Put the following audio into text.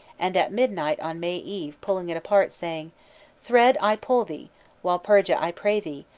and at midnight on may eve pulling it apart, saying thread, i pull thee walpurga, i pray thee,